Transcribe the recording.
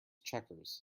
checkers